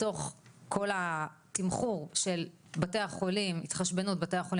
בתוך כל התמחור של התחשבנות בתי החולים